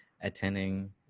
attending